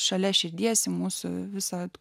šalia širdies į mūsų visad